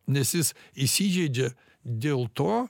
nes jis įsižeidžia dėl to